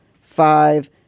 five